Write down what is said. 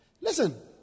Listen